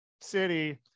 city